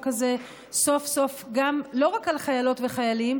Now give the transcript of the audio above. הזה סוף-סוף לא רק על חיילות וחיילים,